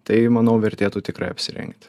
tai manau vertėtų tikrai apsirengti